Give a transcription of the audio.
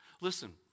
Listen